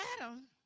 Adam